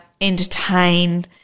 entertain